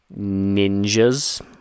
ninjas